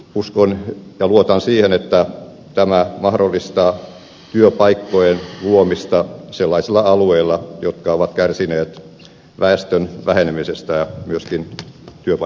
uskon ja luotan siihen että tämä mahdollistaa työpaikkojen luomista sellaisilla alueilla jotka ovat kärsineet väestön vähenemisestä ja myöskin työpaikkojen vähenemisestä